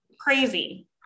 crazy